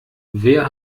wer